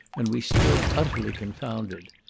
and we stood utterly confounded.